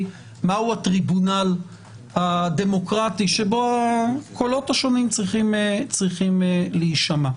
הטריבונל הדמוקרטי בו הקולות השונים צריכים להישמע.